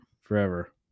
forever